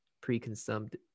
pre-consumed